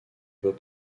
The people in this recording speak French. peut